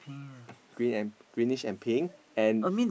green greenish and pink and